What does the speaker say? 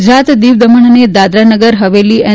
ગુજરાત દીવ દમણ અને દાદરા નગર હવેલી એન